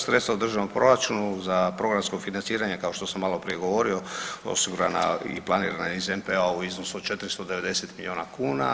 Sredstva u državnom proračunu za programsko financiranje kao što sam malo prije govorio osigurana i planirana u iznosu od 490 milijuna kuna.